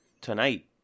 tonight